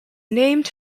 named